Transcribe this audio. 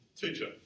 teacher